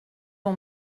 ton